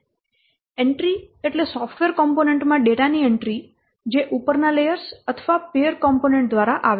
entry એટલે software component માં ડેટાની એન્ટ્રી જે ઉપરના લેયર્સ અથવા પીઅર કૉમ્પોનેન્ટ દ્વારા આવે છે